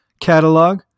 catalog